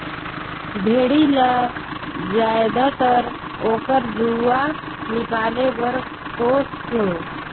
भेड़ी ल जायदतर ओकर रूआ निकाले बर पोस थें